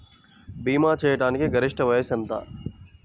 భీమా చేయాటానికి గరిష్ట వయస్సు ఎంత?